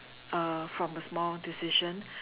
uh from a small decision